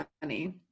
funny